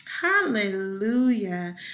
Hallelujah